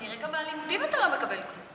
נראה שגם מהלימודים אתה לא מקבל כלום.